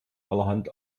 allerhand